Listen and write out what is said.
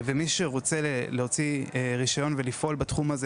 ומי שרוצה להוציא רישיון ולפעול בתחום הזה